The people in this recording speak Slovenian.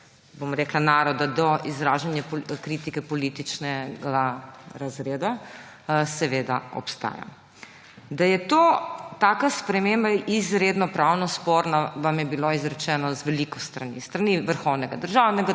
ta pravica naroda do izražanja kritike političnega razreda seveda obstaja. Da je taka sprememba izredno pravno sporna, vam je bilo izrečeno z veliko strani. S strani Vrhovnega državnega